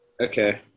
Okay